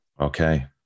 Okay